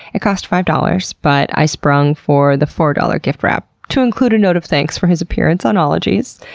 it cost five dollars, but i sprung for the four dollars giftwrap to include a note of thanks for his appearance on ologies,